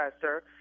sir